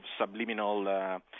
subliminal